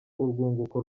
urwunguko